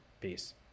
Peace